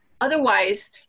Otherwise